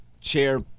chair